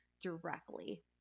directly